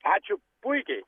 ačiū puikiai